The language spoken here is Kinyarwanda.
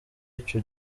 ico